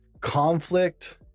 conflict